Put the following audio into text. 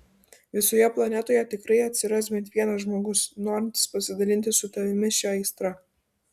visoje planetoje tikrai atsiras bent vienas žmogus norintis pasidalinti su tavimi šia aistra